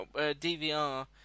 DVR